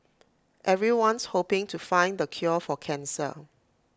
everyone's hoping to find the cure for cancer